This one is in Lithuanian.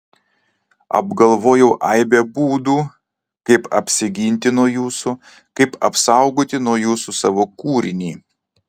apgalvojau aibę būdų kaip apsiginti nuo jūsų kaip apsaugoti nuo jūsų savo kūrinį